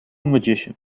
magician